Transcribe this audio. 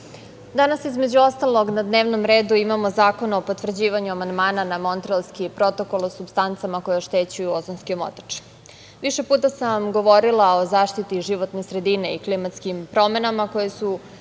danas, između ostalog na dnevnom redu imamo i zakon o potvrđivanju amandmana na Montrealski protokol o supstancama koje oštećuju ozonski omotač. Više puta sam govorila o zaštiti životne sredine i klimatskim promenama koje su